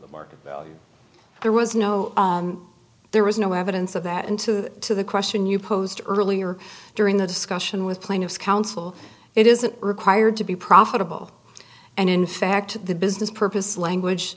work there was no there was no evidence of that and to the question you posed earlier during the discussion with plaintiff's counsel it isn't required to be profitable and in fact the business purpose language